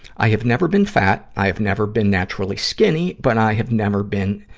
i have never been fat. i have never been naturally skinny, but i have never been,